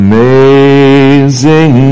Amazing